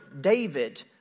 David